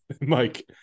Mike